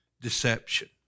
deception